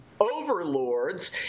overlords